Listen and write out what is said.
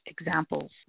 examples